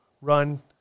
run